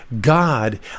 God